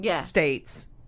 states